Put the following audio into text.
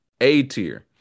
A-tier